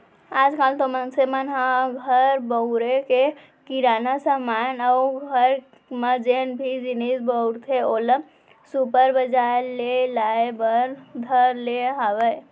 आज काल तो मनसे मन ह घर बउरे के किराना समान अउ घर म जेन भी जिनिस बउरथे ओला सुपर बजार ले लाय बर धर ले हावय